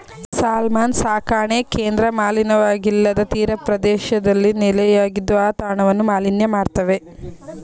salmon ಸಾಕಣೆ ಕೇಂದ್ರ ಮಲಿನವಾಗಿಲ್ಲದ ತೀರಪ್ರದೇಶದಲ್ಲಿ ನೆಲೆಯಾಗಿದ್ದು ಆ ತಾಣವನ್ನು ಮಾಲಿನ್ಯ ಮಾಡ್ತವೆ